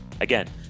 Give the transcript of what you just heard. again